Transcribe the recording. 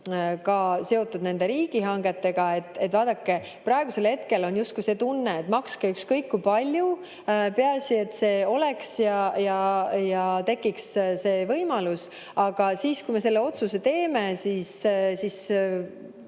seotud ka nende riigihangetega, siis vaadake, praegusel hetkel on justkui see tunne, et makske ükskõik kui palju, peaasi, et see olemas oleks ja tekiks see võimalus. Aga kui me selle otsuse teeme, siis